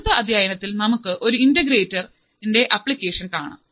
അടുത്ത അധ്യായത്തിൽ നമുക്ക് ഒരു ഇന്റഗ്രേറ്ററിന്റെ അപ്ലിക്കേഷൻ കാണാം